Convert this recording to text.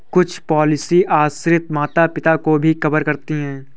कुछ पॉलिसी आश्रित माता पिता को भी कवर करती है